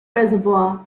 reservoir